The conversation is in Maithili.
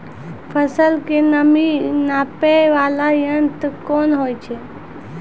फसल के नमी नापैय वाला यंत्र कोन होय छै